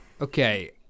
Okay